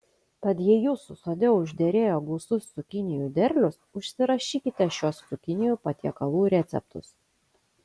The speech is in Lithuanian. tad jei jūsų sode užderėjo gausus cukinijų derlius užsirašykite šiuos cukinijų patiekalų receptus